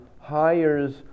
hires